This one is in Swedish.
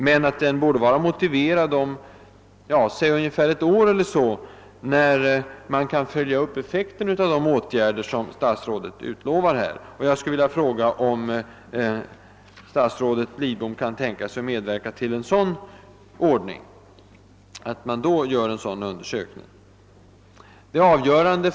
Men den borde vara motiverad efter låt oss säga ett år, dvs. då man kan avläsa effekterna av de åtgärder som statsrådet utlovar. Jag skulle vilja fråga om statsrådet Lidbom kan tänka sig att medverka till att det då görs en sådan undersökning.